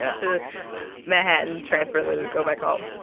yeah to manhattan, transfer, then just go back home.